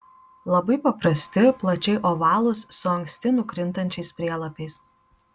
lapai paprasti plačiai ovalūs su anksti nukrintančiais prielapiais